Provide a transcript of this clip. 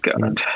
God